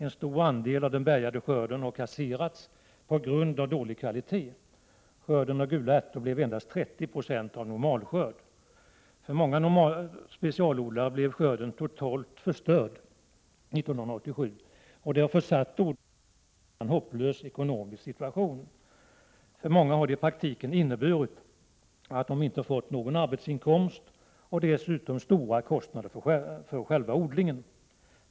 En stor andel av den bärgade skörden har fått kasseras på grund av dålig kvalitet. Skörden av gula ärtor blev endast 30 26 av normalskörd. För många specialodlare blev skörden för 1987 helt förstörd. Detta har försatt odlarna i en hopplös ekonomisk situation. För många har det i praktiken inneburit att de inte fått någon arbetsinkomst. Dessutom har själva odlingen medfört stora kostnader.